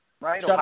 right